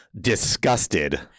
disgusted